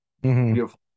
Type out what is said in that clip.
beautiful